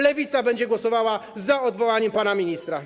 Lewica będzie głosowała za odwołaniem pana ministra.